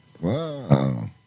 Wow